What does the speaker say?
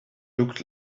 looked